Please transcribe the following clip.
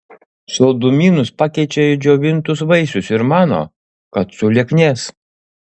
saldumynus pakeičia į džiovintus vaisius ir mano kad sulieknės